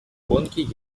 гонке